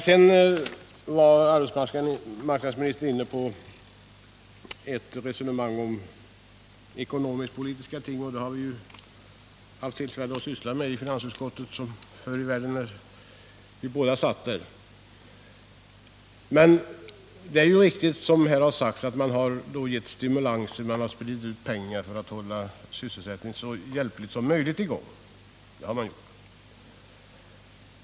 Sedan kom arbetsmarknadsministern in på ett resonemang om ekonomisk-politiska ting. Dessa frågor hade vi tillfälle att diskutera i finansutskottet under den tid då vi båda satt där. Men det är riktigt som det har sagts här, att man har gett stimulans, man har spritt ut pengar för att så hjälpligt som möjligt hålla sysselsättningen i gång.